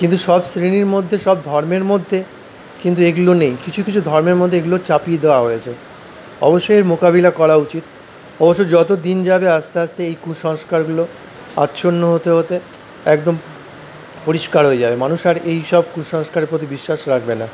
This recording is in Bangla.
কিন্তু সব শ্রেণির মধ্যে সব ধর্মের মধ্যে কিন্তু এগুলো নেই কিছু কিছু ধর্মের মধ্যে এগুলো চাপিয়ে দেওয়া হয়েছে অবশ্যই এর মোকাবিলা করা উচিৎ অবশ্য যত দিন যাবে আস্তে আস্তে এই কুসংস্কারগুলো আচ্ছন্ন হতে হতে একদম পরিষ্কার হয়ে যাবে মানুষ আর এইসব কুসংস্কারের প্রতি বিশ্বাস রাখবে না